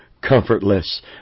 comfortless